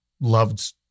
loved